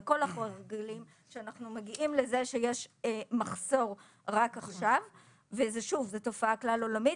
אנחנו מגיעים לכך שיש מחסור רק עכשיו וזאת גם תופעה כלל עולמית.